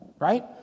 right